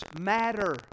matter